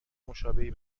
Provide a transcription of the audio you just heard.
مشابهی